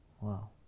Wow